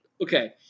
Okay